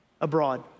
abroad